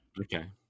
Okay